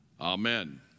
Amen